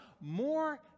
more